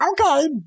okay